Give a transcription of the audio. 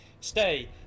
stay